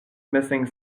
missing